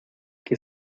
que